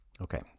Okay